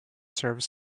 serves